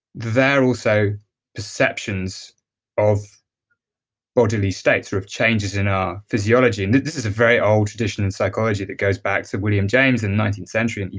they're also perceptions of bodily states, sort of changes in our physiology. and this is a very old tradition in psychology that goes back to william james in the nineteenth century and